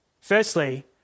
Firstly